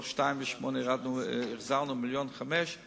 מתוך 2.8 מיליונים החזרנו 1.5 מיליון,